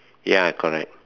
ya correct